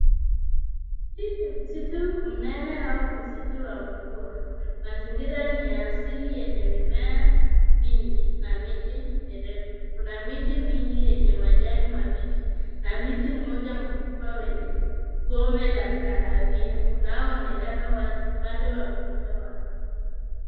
Hii ni msitu mnene au msitu wa mvua. Mazingira ni ya asili yenye mimea mingi na miti mirefu. Kuna miti mingi yenye majani mabichi na mti mmoja mkubwa wenye ngome la kahawia, unaoonekana wazi upande wa kulia.